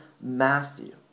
Matthew